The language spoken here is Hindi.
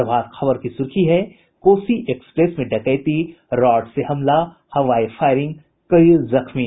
प्रभात खबर की सुर्खी है कोसी एक्सप्रेस में डकैती रॉड से हमला हवाई फायरिंग कई जख्मी